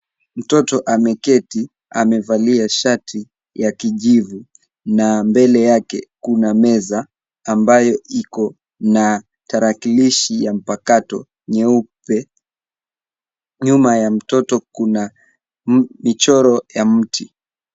Mtoto ameketi amevalia shati ya kijivu na mbele yake kuna meza ambayo iko na tarakilishi ya mpakato nyeupe. Nyuma ya mtoto kuna michoro ya mti.